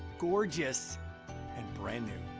gorgeous and brand-new.